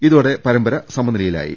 ഇതോടെ പരമ്പര സമനിലയിലായി